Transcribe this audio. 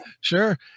Sure